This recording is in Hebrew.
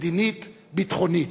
מדינית-ביטחונית.